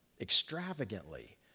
extravagantly